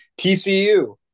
TCU